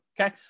okay